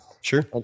Sure